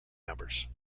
numbers